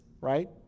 right